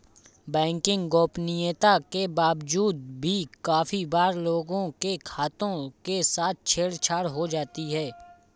banking गोपनीयता के बावजूद भी काफी बार लोगों के खातों के साथ छेड़ छाड़ हो जाती है